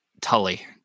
Tully